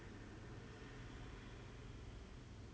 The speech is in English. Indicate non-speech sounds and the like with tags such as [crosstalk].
[laughs]